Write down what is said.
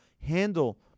handle